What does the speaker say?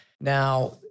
now